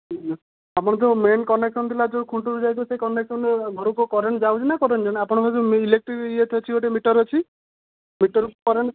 ଆପଣଙ୍କ ଯେଉଁ main connection ଥିଲା ଯେଉଁ ଖୁଣ୍ଟରୁ ଯାଇଥିବ ସେଇ କନେକ୍ସନ୍ ଘରକୁ କରେଣ୍ଟ୍ ଯାଉଛି ନା କରେଣ୍ଟ୍ ଯାଉନି ଆପଣଙ୍କ ମେନ୍ ଇଲେକ୍ଟ୍ରି ଇଏଟେ ଅଛି ଗୋଟେ ମିଟର୍ ଅଛି ମିଟର୍କୁ କରେଣ୍ଟ୍